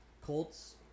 Colts